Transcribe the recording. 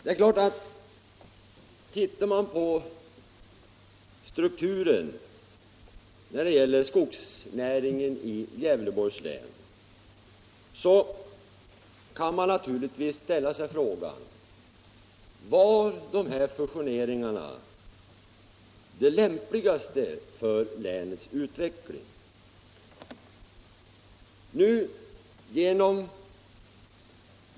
Om man tittar på strukturen av skogsnäringen i Gävleborgs län kan man ställa sig frågan om de här fusioneringarna var det lämpligaste för länets utveckling.